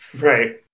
Right